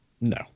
No